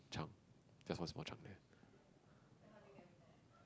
chunk just one small chunk there